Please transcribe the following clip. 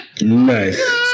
Nice